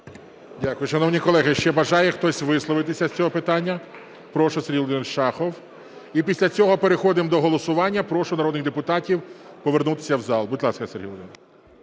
Дякую. Шановні колеги, ще бажає хтось висловитися з цього питання? Прошу, Сергій Володимирович Шахов. І після цього переходимо до голосування. Прошу народних депутатів повернутися в зал. Будь ласка, Сергій Володимирович.